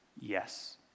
Yes